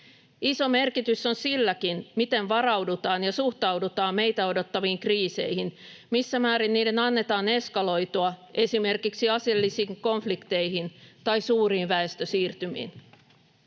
Iso merkitys on silläkin, miten varaudutaan ja suhtaudutaan meitä odottaviin kriiseihin, missä määrin niiden annetaan eskaloitua esimerkiksi aseellisiin konflikteihin tai suuriin väestösiirtymiin.